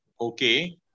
Okay